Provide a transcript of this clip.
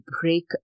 break